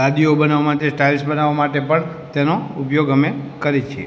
લાદીઓ બનાવવા માટે ટાઇલ્સ બનાવવા માટે પણ તેનો ઉપયોગ અમે કરીએ છીએ